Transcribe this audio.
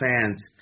fans